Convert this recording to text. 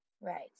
Right